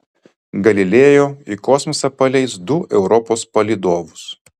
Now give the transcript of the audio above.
galileo į kosmosą paleis du europos palydovus